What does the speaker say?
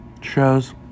shows